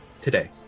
today